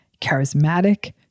charismatic